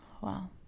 wow